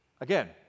Again